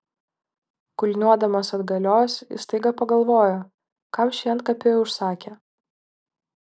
kulniuodamas atgalios jis staiga pagalvojo kam šį antkapį užsakė